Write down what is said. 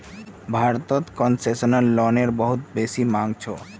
भारतत कोन्सेसनल लोनेर बहुत बेसी मांग छोक